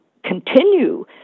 Continue